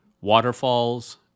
waterfalls